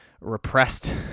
repressed